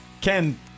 Ken